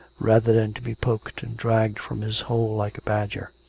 rather than to be poked and dragged from his hole like a badger.